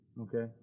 okay